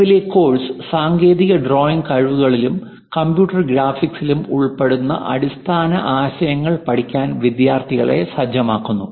നിലവിലെ കോഴ്സ് സാങ്കേതിക ഡ്രോയിംഗ് കഴിവുകളിലും കമ്പ്യൂട്ടർ ഗ്രാഫിക്സിലും ഉൾപ്പെടുന്ന അടിസ്ഥാന ആശയങ്ങൾ പഠിക്കാൻ വിദ്യാർത്ഥികളെ സജ്ജമാക്കുന്നു